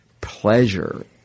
pleasure